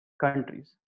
countries